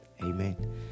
Amen